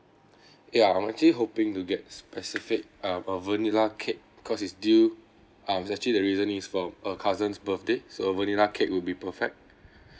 ya I'm actually hoping to get specific um a vanilla cake cause it's due um it's actually the reason is for a cousin's birthday so vanilla cake would be perfect